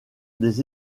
des